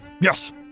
Yes